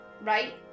right